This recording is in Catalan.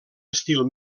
estil